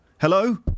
Hello